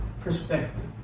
perspective